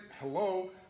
Hello